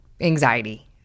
Anxiety